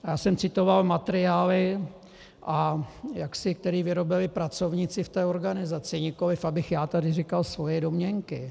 Já jsem citoval materiály, které vyrobili pracovníci v té organizaci, nikoliv abych tady já říkal svoje domněnky.